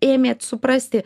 ėmėt suprasti